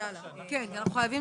תודה, דניאל.